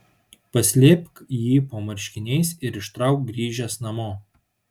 paslėpk jį po marškiniais ir ištrauk grįžęs namo